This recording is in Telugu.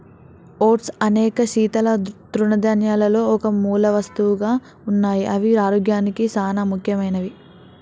ఓట్స్ అనేక శీతల తృణధాన్యాలలో ఒక మూలవస్తువుగా ఉన్నాయి అవి ఆరోగ్యానికి సానా ముఖ్యమైనవి